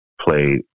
played